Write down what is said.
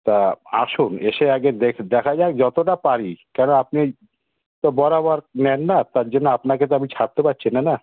তা আসুন এসে আগে দেখা যাক যতোটা পারি কেন আপনি তো বরাবর নেন না তার জন্য আপনাকে তো ছাড়তে পারছি না না